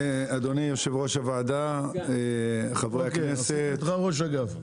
אדוני, יושב ראש הוועדה, חברי הכנסת המכובדים.